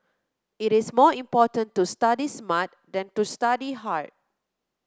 it is more important to study smart than to study hard